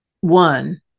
one